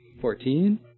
fourteen